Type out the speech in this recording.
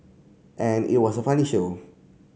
and it was a funny show